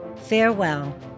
Farewell